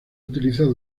utilizado